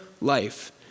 life